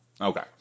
Okay